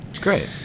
Great